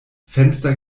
fenster